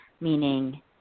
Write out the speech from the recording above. meaning